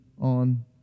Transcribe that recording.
on